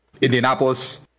Indianapolis